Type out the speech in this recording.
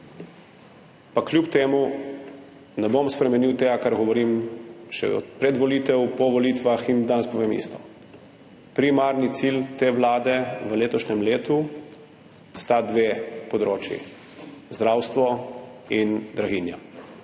Pa kljub temu ne bom spremenil tega, kar govorim že [iz časa] pred volitvami, po volitvah in danes povem isto. Primarni cilj te vlade v letošnjem letu sta dve področji, zdravstvo in draginja.